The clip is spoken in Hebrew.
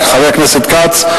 חבר הכנסת כץ,